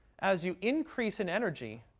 as you increase in energy,